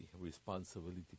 responsibility